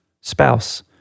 spouse